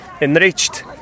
enriched